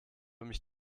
mich